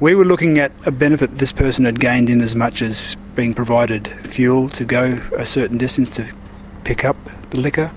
we were looking at a benefit that this person had gained in as much as being provided fuel to go a certain distance to pick up the liquor,